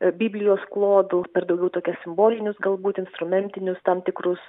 biblijos klodų per daugiau tokias simbolinius galbūt instrumentinius tam tikrus